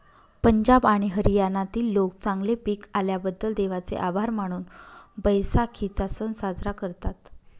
पंजाब आणि हरियाणातील लोक चांगले पीक आल्याबद्दल देवाचे आभार मानून बैसाखीचा सण साजरा करतात